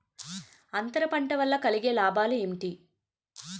అంతర పంట వల్ల కలిగే లాభాలు ఏంటి